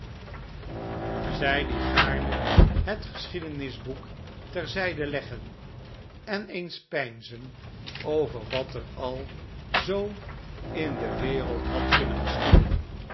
zij die gaarne het geschiedenisboek ter zijde leggen en eens peinzen over wat er al zoo in de wereld had kunnen geschieden